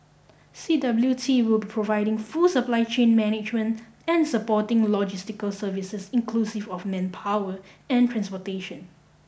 C W T will be providing full supply chain management and supporting logistical services inclusive of manpower and transportation